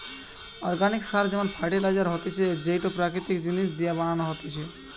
organic সার বা fertiliser হতিছে যেইটো প্রাকৃতিক জিনিস দিয়া বানানো হতিছে